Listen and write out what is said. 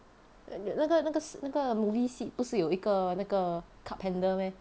那个那个 s~ 那个 movie seat 不是有一个那个 cup handle meh